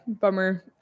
bummer